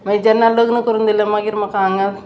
मागीर जेन्ना लग्न करून दिलें मागीर म्हाका हांगा